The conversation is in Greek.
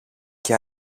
και